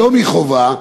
לא מחובה,